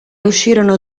uscirono